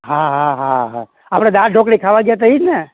હા હા હા આપણે દાળ ઢોકળી ખાવા ગયા તા ઈ જ ને